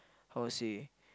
how to say